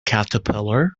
caterpillar